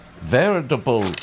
veritable